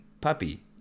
puppy